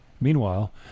meanwhile